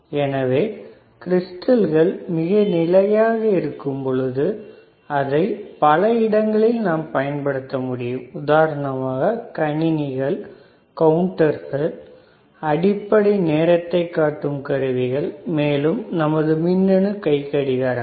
எனவே படிகங்கள் மிக நிலையாக இருக்கும் பொழுது அதை பல இடங்களில் நாம் பயன்படுத்த முடியும் உதாரணமாக கணினிகள் கவுண்டர்கள் அடிப்படை நேரத்தைக் காட்டும் கருவிகள் மேலும் நமது மின்னணு கைக்கடிகாரங்கள்